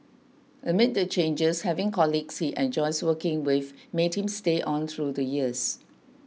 amid the changes having colleagues he enjoys working with made him stay on through the years